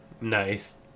Nice